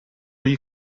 you